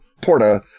Porta